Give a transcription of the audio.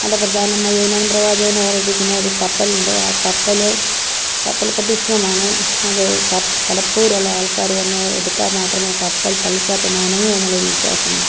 അവിടെ പ്രധാനമായും യോഹന്നാൻ പ്രവാചകനെ ഓർമ്മിപ്പിക്കുന്ന ഒരു കപ്പൽ ഉണ്ട് ആ കപ്പൽ കപ്പൽ പ്രദിക്ഷണമാണ് അത് കളപ്പോരുള്ള ആൾക്കാർ വന്നെടുത്തൽ മാത്രമേ ആ കപ്പൽ പള്ളിക്കകത്തുന്ന് അനങ്ങുവെന്നുള്ള വിശ്വാസമാണ്